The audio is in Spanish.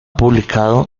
publicado